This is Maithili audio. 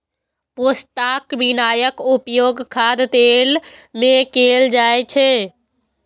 पोस्ताक बियाक उपयोग खाद्य तेल मे कैल जाइ छै